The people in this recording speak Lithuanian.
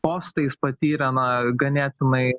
postais patyrė na ganėtinai